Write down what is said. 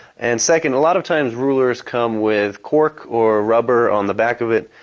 and second a lot of times rulers come with cork or rubber on the back of it.